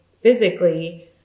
physically